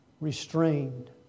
restrained